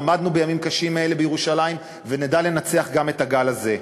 עמדנו בימים קשים כאלה בירושלים ונדע לנצח גם את הגל הזה.